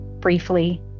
briefly